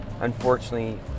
unfortunately